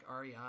REI